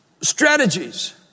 strategies